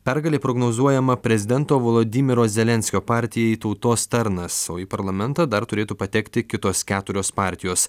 pergalė prognozuojama prezidento volodymyro zelenskio partijai tautos tarnas o į parlamentą dar turėtų patekti kitos keturios partijos